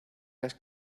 las